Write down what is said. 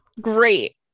great